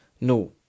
No